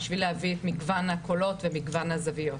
בשביל להביא את מגוון הקולות ומגוון הזוויות.